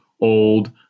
old